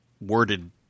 worded